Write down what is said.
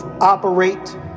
operate